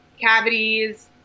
cavities